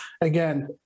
again